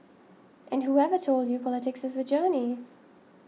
and whoever told you politics is a journey